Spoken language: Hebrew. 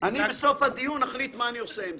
אני בסוף הדיון אחליט מה אני עושה עם זה.